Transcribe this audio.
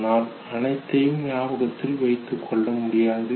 ஆனால் அனைத்தையும் ஞாபகத்தில் வைத்துக்கொள்ள முடியாது